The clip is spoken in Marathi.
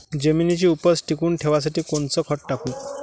जमिनीची उपज टिकून ठेवासाठी कोनचं खत टाकू?